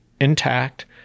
intact